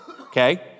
okay